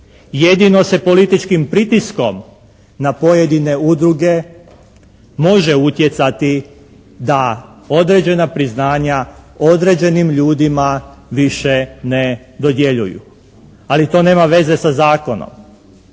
Jedino se političkim pritiskom na pojedine udruge može utjecati da određena priznanja određenim ljudima više ne dodjeljuju ali to nema veze sa zakonom,